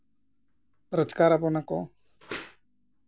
ᱨᱳᱡᱽᱜᱟᱨᱟᱵᱚᱱᱟ ᱠᱚ